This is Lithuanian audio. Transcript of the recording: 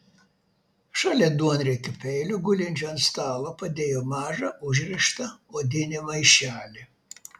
šalia duonriekio peilio gulinčio ant stalo padėjo mažą užrištą odinį maišelį